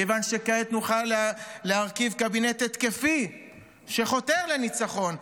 מכיוון שכעת נוכל להרכיב קבינט התקפי שחותר לניצחון,